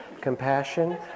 Compassion